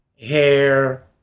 hair